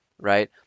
right